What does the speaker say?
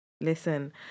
Listen